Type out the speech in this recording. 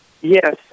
Yes